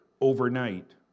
overnight